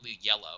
yellow